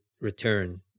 return